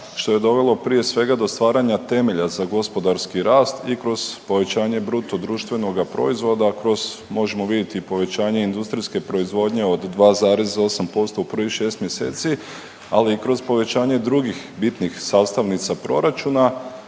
što je dovelo prije svega do stvaranja temelja za gospodarski rast i kroz povećanje bruto društvenoga proizvoda kroz možemo vidjeti i povećanje industrijske proizvodnje od 2,8% u prvih 6 mjeseci, ali i kroz povećanje drugih bitnih sastavnica proračuna